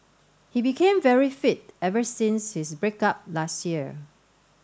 he became very fit ever since his break up last year